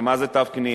הרי מה זה תו קנייה?